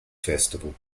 festival